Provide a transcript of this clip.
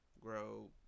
grow